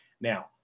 Now